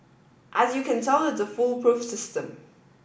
as you can tell it's a foolproof system